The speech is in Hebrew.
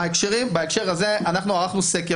בהקשר הזה ערכנו סקר,